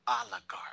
oligarch